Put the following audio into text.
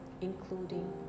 including